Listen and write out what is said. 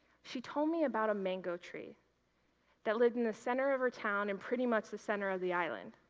she told me about a mango tree that lived in the center of her town and pretty much the center of the island.